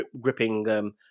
gripping